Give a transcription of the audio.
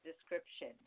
description